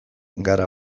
gara